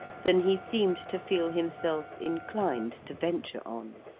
than he seemed to feel himself inclined to venture on.